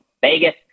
Vegas